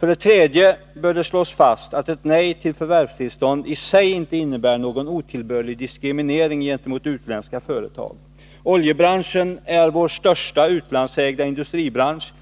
För det tredje bör det slås fast att ett nej till förvärvstillstånd i sig inte innebär någon otillbörlig diskriminering av utländska företag. Oljebranschen är vår största utlandsägda industribransch.